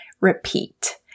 repeat